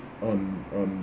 um um